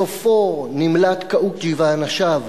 בסופו נמלטים קאוקג'י ואנשיו,